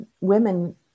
women